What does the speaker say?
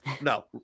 No